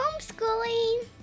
homeschooling